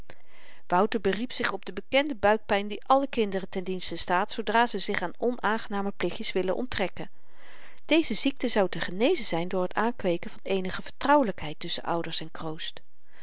wouter beriep zich op de bekende buikpyn die alle kinderen ten dienste staat zoodra ze zich aan onaangename plichtjes willen onttrekken deze ziekte zou te genezen zyn door t aankweeken van eenige vertrouwelykheid tusschen ouders en kroost